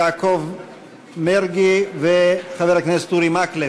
יעקב מרגי וחבר הכנסת אורי מקלב,